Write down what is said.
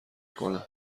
کنه